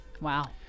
Wow